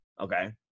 Okay